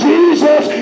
Jesus